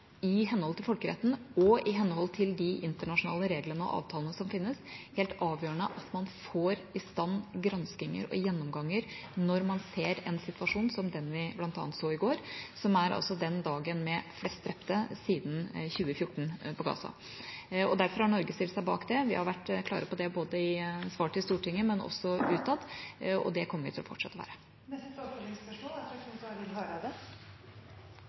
i henhold til folkeretten og i henhold til de internasjonale reglene og avtalene som finnes, er helt avgjørende at man får i stand granskinger og gjennomganger når man ser en situasjon som den vi bl.a. så i går, som altså er den dagen med flest drepte på Gaza siden 2014. Derfor har Norge stilt seg bak det, vi har vært klare på det både i svar til Stortinget og utad, og det kommer vi fortsatt til å være. Knut Arild Hareide – til oppfølgingsspørsmål. Det er